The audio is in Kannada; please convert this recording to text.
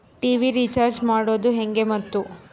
ಟಿ.ವಿ ರೇಚಾರ್ಜ್ ಮಾಡೋದು ಹೆಂಗ ಮತ್ತು?